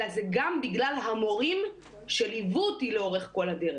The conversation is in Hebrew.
אלא זה גם בגלל המורים שליוו אותי לאורך כל הדרך,